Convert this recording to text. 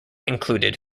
included